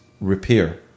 repair